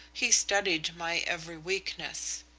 he studied my every weakness.